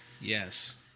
Yes